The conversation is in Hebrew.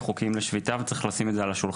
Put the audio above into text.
בואו לא נשכח את זה.